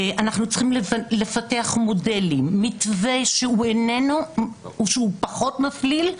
אנחנו צריכים לפתח מודלים, מתווה שהוא פחות מפליל,